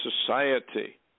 society